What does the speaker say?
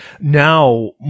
now